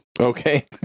Okay